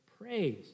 praise